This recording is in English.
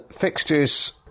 fixtures